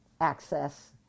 access